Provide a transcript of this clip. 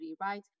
right